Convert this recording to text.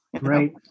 Right